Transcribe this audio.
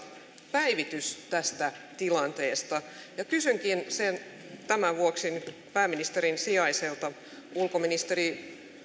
päivitys tästä tilanteesta kysynkin tämän vuoksi nyt pääministerin sijaiselta ulkoministeri